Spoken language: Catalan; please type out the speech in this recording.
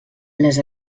les